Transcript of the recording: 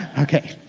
okay.